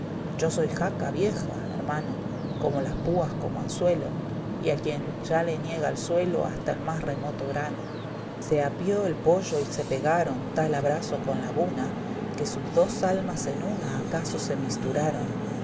ya soy jaca vieja hermano con las púas como anzuelo y a quien ya le niega el suelo hasta el más remoto grano se apio el pollo y se pegaron tal abrazo con laguna qu'c sus dos almas en ana acaso se misturaron